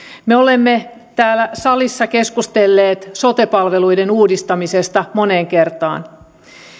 me olemme täällä salissa keskustelleet sote palveluiden uudistamisesta moneen kertaan